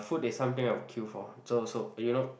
food is something I would kill for so